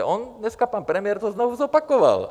On dneska pan premiér to znovu zopakoval.